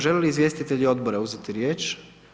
Želi li izvjestitelji odbora uzeti riječ?